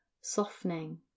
softening